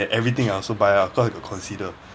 everything I also buy ah cause I got consider